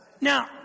Now